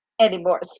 anymore